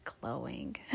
glowing